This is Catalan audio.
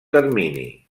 termini